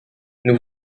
nous